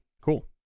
Cool